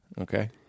Okay